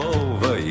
over